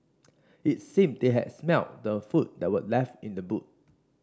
it seemed they had smelt the food that were left in the boot